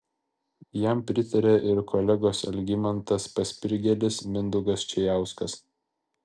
jam pritarė ir kolegos algimantas paspirgėlis mindaugas čėjauskas